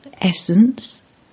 Essence